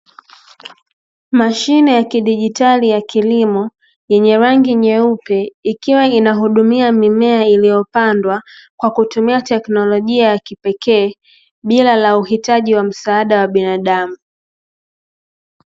Mashine ya kidijitali ya kilimo, yenye rangi nyeupe, ikiwa inahudumia mimea iliyopandwa kwa kutumia teknolojia ya kipekee bila ya uhitaji wa msaada wa binadamu.